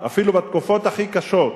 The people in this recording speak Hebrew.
אפילו בתקופות הכי קשות,